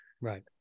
Right